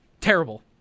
Terrible